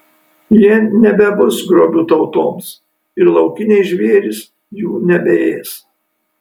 jie nebebus grobiu tautoms ir laukiniai žvėrys jų nebeės